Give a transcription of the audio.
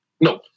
no